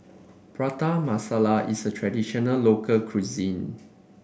Prata Masala is a traditional local cuisine